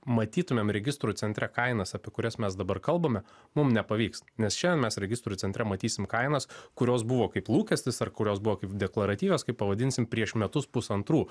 matytumėm registrų centre kainas apie kurias mes dabar kalbame mum nepavyks nes šiandien mes registrų centre matysim kainas kurios buvo kaip lūkestis ar kurios buvo kaip deklaratyvios kaip pavadinsim prieš metus pusantrų